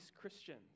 Christians